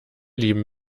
lieben